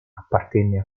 appartenne